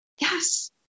Yes